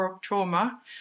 trauma